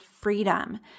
freedom